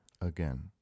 Again